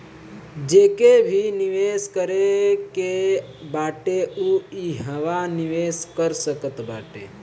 जेके भी निवेश करे के बाटे उ इहवा निवेश कर सकत बाटे